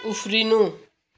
उफ्रिनु